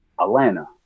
Atlanta